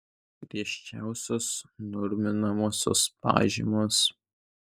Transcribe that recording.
griežčiausios norminamosios pažymos